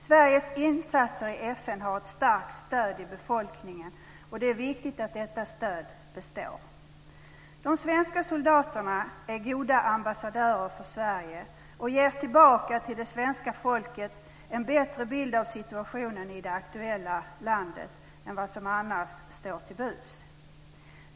Sveriges insatser i FN har ett starkt stöd i befolkningen, och det är viktigt att detta stöd består. De svenska soldaterna är goda ambassadörer för Sverige och ger tillbaka till det svenska folket en bättre bild av situationen i det aktuella landet än vad som annars står till buds.